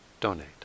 donate